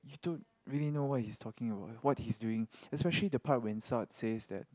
you don't really know what he's talking about what's he's doing especially the part when Salz says that